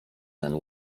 ten